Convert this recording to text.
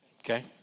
Okay